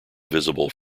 visible